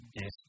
Yes